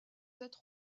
être